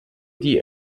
die